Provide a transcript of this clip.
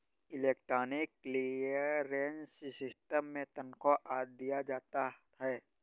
electronic clearance system से तनख्वा आदि दिया जाता है